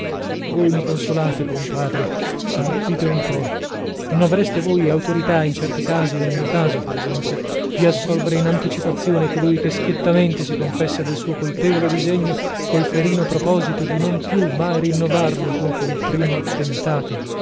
voi mi consolate buon padre ma dite un po non avreste voi autorità in certi casi nel mio caso per esempio di assolvere in anticipazione colui che schiettamente si confessa del suo colpevole disegno col ferino proposito di non più mai rinnovarlo dopo il primo attentato